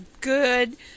good